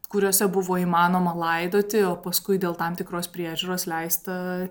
kuriose buvo įmanoma laidoti o paskui dėl tam tikros priežiūros leista